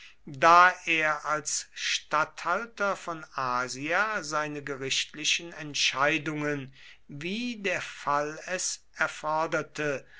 da er als statthalter von asia seine gerichtlichen entscheidungen wie der fall es erforderte